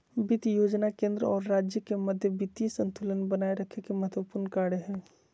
वित्त योजना केंद्र और राज्य के मध्य वित्तीय संतुलन बनाए रखे के महत्त्वपूर्ण कार्य हइ